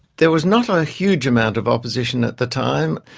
there was not a huge amount of opposition at the time.